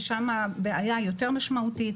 ששם הבעיה היא יותר משמעותית.